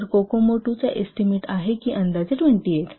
तर Kokomo II चा estimate आहे अंदाजे 28